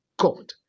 God